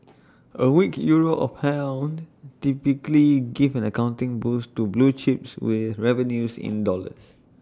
A weak euro or pound typically give an accounting boost to blue chips with revenues in dollars